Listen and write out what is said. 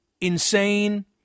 insane